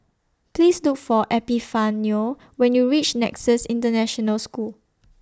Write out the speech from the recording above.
Please Look For Epifanio when YOU REACH Nexus International School